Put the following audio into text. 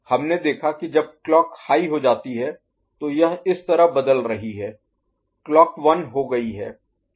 हमने देखा है कि जब क्लॉक हाई हो जाती है तो यह इस तरह बदल रही है क्लॉक 1 हो गई है